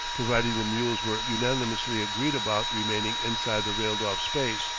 providing the mules were unanimously agreed about remaining inside the railed-off space,